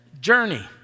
journey